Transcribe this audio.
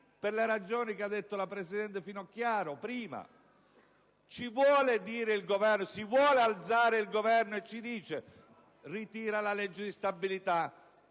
per le ragioni che ha ricordato la presidente Finocchiaro prima. Ci vuole dire qualcosa il Governo? Si vuole alzare il Governo e dirci se ritira la legge di stabilità,